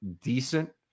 decent